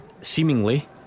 Seemingly